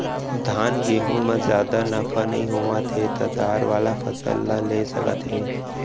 धान, गहूँ म जादा नफा नइ होवत हे त दार वाला फसल ल ले सकत हे